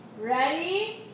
Ready